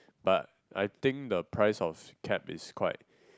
but I think the price of cab is quite